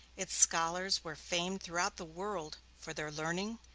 its scholars were famed throughout the world for their learning,